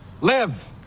live